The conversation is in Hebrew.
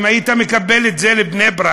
אם היית מקבל את זה לבני-ברק,